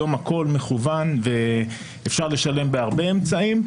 היום הכול מכוון ואפשר לשלם בהרבה אמצעים.